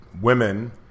women